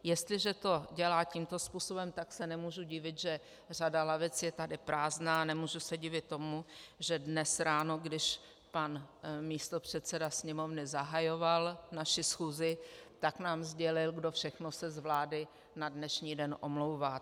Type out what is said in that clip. Jestliže to dělá tímto způsobem, tak se nemůže divit, že řada lavic je tady prázdná, nemůžu se divit tomu, že dnes ráno, když pan místopředseda Sněmovny zahajoval naši schůzi, tak nám sdělil, kdo všechno se z vlády na dnešní den omlouvá.